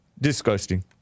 Disgusting